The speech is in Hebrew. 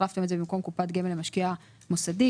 ובמקום קופת גמל למשקיע מוסדי,